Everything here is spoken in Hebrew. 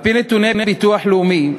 על-פי נתוני הביטוח הלאומי,